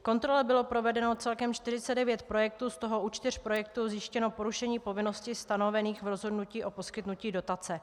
Kontrole bylo podrobeno celkem 49 projektů, z toho u čtyř projektů zjištěno porušení povinností stanovených v rozhodnutí o poskytnutí dotace.